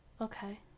Okay